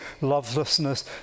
lovelessness